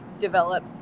Develop